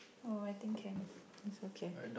oh I think can is okay